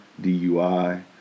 DUI